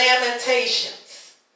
Lamentations